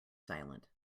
silent